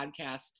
podcast